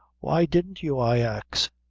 why didn't you, i ax,